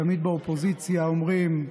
תמיד באופוזיציה אומרים: